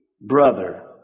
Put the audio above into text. brother